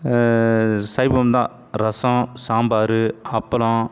சைவந்தான் ரசம் சாம்பார் அப்பளம்